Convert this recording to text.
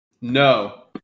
No